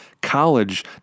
College